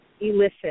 elicit